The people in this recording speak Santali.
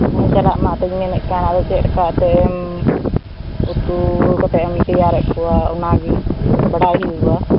ᱦᱩᱸ ᱪᱟᱞᱟᱜ ᱢᱟ ᱮᱱᱛᱮᱫ ᱤᱧ ᱢᱮᱱᱮᱫ ᱠᱟᱱ ᱟᱫᱚ ᱪᱮᱫ ᱞᱮᱠᱟ ᱮᱱᱛᱮᱫ ᱮᱢ ᱩᱛᱩ ᱠᱟᱛᱮᱫ ᱮᱢ ᱛᱮᱭᱟᱨᱮᱫ ᱠᱚᱣᱟ ᱚᱱᱟᱜᱮ ᱵᱟᱲᱟᱭ ᱦᱩᱭᱩᱜᱼᱟ